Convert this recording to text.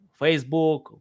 Facebook